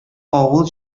авыл